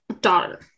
daughter